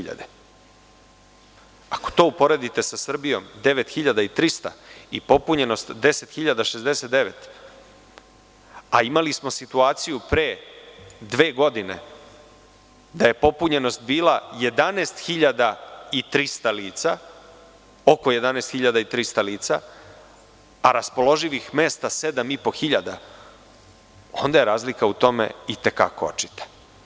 Ako to uporedite sa Srbijom 9.300 i popunjenost 10.069, a imali smo situaciju pre dve godine da je popunjenost bila 11.300 lica, a raspoloživih mesta 7.500, onda je razlika u tome i te kako očita.